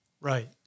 Right